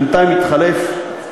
בינתיים התחלף.